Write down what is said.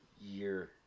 year